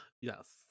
yes